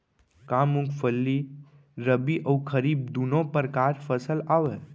का मूंगफली रबि अऊ खरीफ दूनो परकार फसल आवय?